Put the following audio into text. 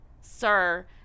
sir